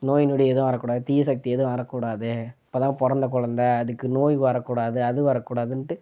நோய் நொடி எதுவும் வரக்கூடாது தீய சக்தி எதுவும் வரக்கூடாது இப்போ தான் பிறந்த குழந்த அதுக்கு நோய் வரக்கூடாது அது வரக்கூடாதுன்டு